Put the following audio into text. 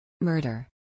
Murder